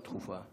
לא דחופה,